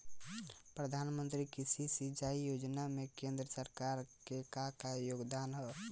प्रधानमंत्री कृषि सिंचाई योजना में केंद्र सरकार क का योगदान ह?